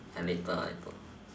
then later I put